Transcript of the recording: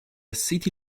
city